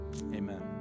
amen